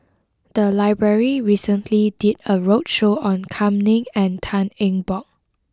the library recently did a roadshow on Kam Ning and Tan Eng Bock